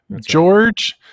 George